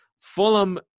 Fulham